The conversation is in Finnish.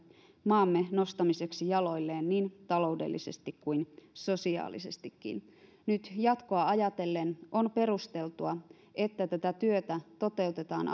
maamme nostamiseksi jaloilleen niin taloudellisesti kuin sosiaalisestikin nyt jatkoa ajatellen on perusteltua että tätä työtä toteutetaan